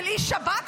חשיפה של איש שב"כ,